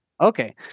Okay